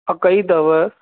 अकई अथव